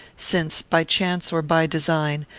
since, by chance or by design,